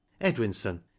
edwinson